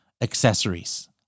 accessories